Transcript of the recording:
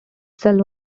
cells